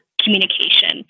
communication